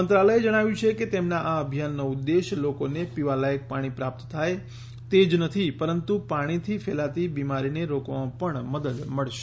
મંત્રાલયે જણાવ્યં છેકે તેમનાં આ અભિયાનનો ઉદેશ્ય લોકોને પીવાલાયક પાણી પ્રાપ્ત થાય તેજ નથી પરંતુ પાણીથી ફેલાતી બીમારી ને રોકવામાં પણ મદદ મળશે